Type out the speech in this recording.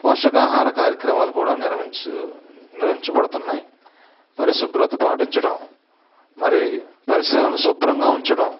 పోషకాహార కార్యక్రమాలు కూడా నిర్వహించు నిర్వహించబడుతున్నాయి పరిశుభ్రత పాటించడం మరి పరిసరాలను శుభ్రంగా ఉంచడం